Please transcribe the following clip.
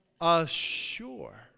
assure